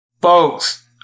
Folks